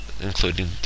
including